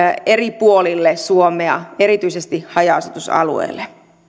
eri puolille suomea erityisesti haja asutusalueille